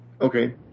Okay